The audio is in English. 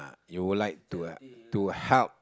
you would like to to help